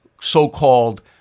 so-called